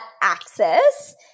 access